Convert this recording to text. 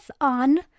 on